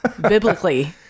biblically